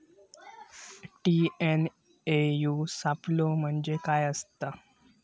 TNAU सापलो म्हणजे काय असतां?